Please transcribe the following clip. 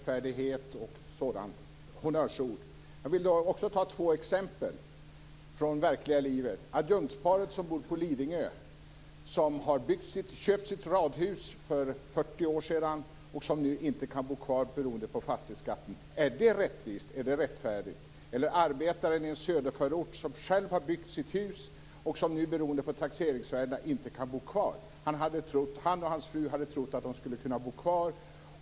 Fru talman! Ja. Jag har hört många andra berättelser om sådant som det är tänkt ska kunna komma.